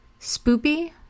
Spoopy